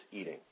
eating